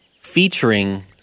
featuring